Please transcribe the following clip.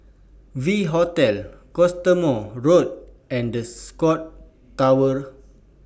V Hotel Cottesmore Road and The Scotts Tower